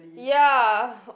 ya